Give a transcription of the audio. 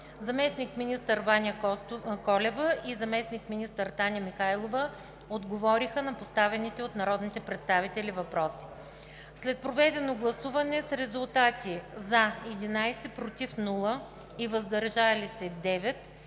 Заместник-министър Ваня Колева и заместник-министър Таня Михайлова отговориха на поставените от народните представители въпроси. След проведено гласуване с резултати: 11 „за“, без „против“ и 9 „въздържали се“,